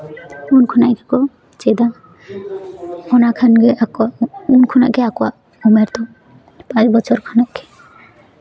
ᱩᱱ ᱠᱷᱚᱱᱟᱜ ᱜᱮᱠᱚ ᱪᱮᱫᱟ ᱚᱱᱟ ᱠᱷᱚᱱ ᱜᱮ ᱟᱠᱚᱣᱟᱜ ᱩᱱ ᱠᱷᱚᱱ ᱜᱮ ᱟᱠᱚᱣᱟᱜ ᱩᱢᱮᱨ ᱫᱚ ᱯᱟᱸᱪ ᱵᱚᱪᱷᱚᱨ ᱠᱷᱚᱱᱟᱜ ᱜᱮ